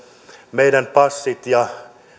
meidän passit ja